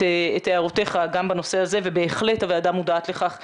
את הערותיך גם בנושא הזה ובהחלט הוועדה מודעת לכך ומעריכה.